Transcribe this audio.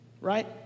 right